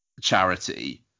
Charity